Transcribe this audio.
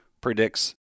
predicts